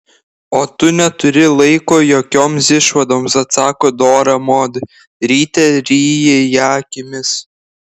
o tu neturi laiko jokioms išvadoms atsako dora mod ryte ryji ją akimis